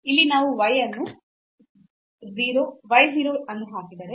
ಇಲ್ಲಿ ನೀವು y 0 ಅನ್ನು ಹಾಕಿದರೆ